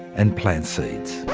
and plant seeds.